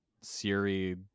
Siri